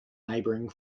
neighboring